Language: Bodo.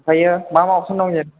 आमफ्रायो मा मा अपसन दङ जेन'बा